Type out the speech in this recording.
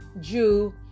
Jew